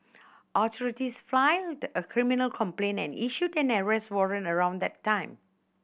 authorities filed a criminal complaint and issued an arrest warrant around that time